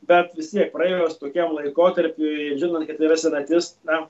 bet vis tiek praėjus tokiam laikotarpiui žinant kad yra senatis na